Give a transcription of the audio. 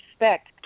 respect